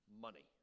money